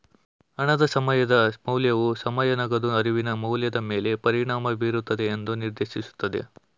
ಹಣದ ಸಮಯದ ಮೌಲ್ಯವು ಸಮಯ ನಗದು ಅರಿವಿನ ಮೌಲ್ಯದ ಮೇಲೆ ಪರಿಣಾಮ ಬೀರುತ್ತದೆ ಎಂದು ನಿರ್ದೇಶಿಸುತ್ತದೆ